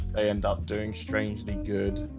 they end up doing strangely good